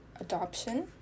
adoption